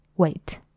Wait